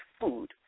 food